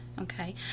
Okay